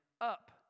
Up